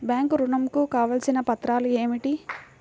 Bank ఋణం కు కావలసిన పత్రాలు ఏమిటి?